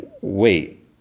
Wait